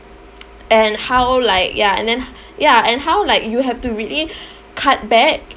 and how like ya and then ya and how like you have to really cut back